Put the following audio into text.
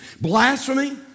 blasphemy